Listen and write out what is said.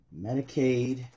Medicaid